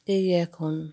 এই এখন